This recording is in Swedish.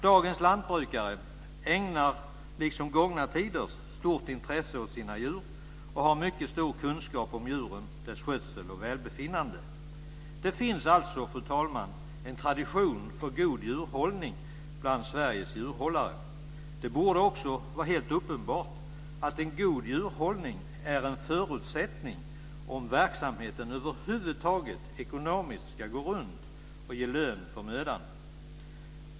Dagens liksom gångna tiders lantbrukare ägnar stort intresse åt sina djur och har mycket stor kunskap om djuren, dess skötsel och välbefinnande. Det finns alltså, fru talman, en tradition av god djurhållning bland Sveriges djurhållare. Det borde också vara helt uppenbart att en god djurhållning är en förutsättning om verksamheten över huvud taget ska gå runt ekonomiskt och ge lön för mödan.